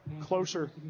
closer